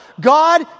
God